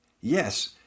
Yes